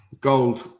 gold